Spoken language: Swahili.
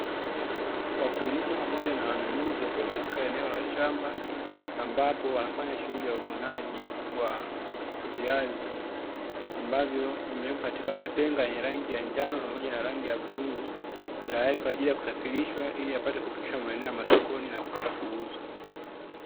Wakulima pamoja na wanunuzi wakiwa katika eneo la shamba, ambapo wanafanya shughuli ya uvunaji wa viazi, ambavyo vimewekwa katika matenga yenye ya rangi ya njano pamoja na rangi ya bluu, tayari kwa ajili ya kusafirishwa ili yapate kufikishwa maeneo ya masokoni na kupatwa kuuzwa.